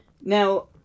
Now